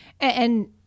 And-